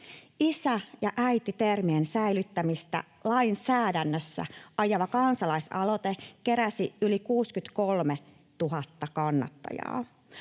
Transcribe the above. Isä- ja äiti-termien säilyttämistä lainsäädännössä ajava kansalaisaloite keräsi yli 63 000 kannattajaa.